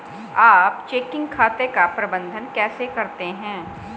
आप चेकिंग खाते का प्रबंधन कैसे करते हैं?